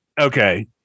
Okay